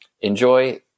Enjoy